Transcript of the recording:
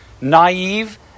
naive